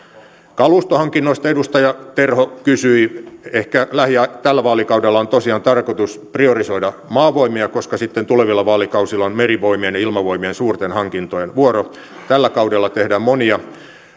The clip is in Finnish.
kalustohankinnoista edustaja terho kysyi ehkä tällä vaalikaudella on tosiaan tarkoitus priorisoida maavoimia koska sitten tulevilla vaalikausilla on merivoimien ja ilmavoimien suurten hankintojen vuoro tällä kaudella tehdään monia